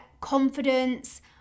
confidence